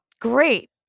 Great